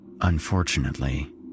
Unfortunately